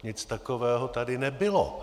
Nic takového tady nebylo.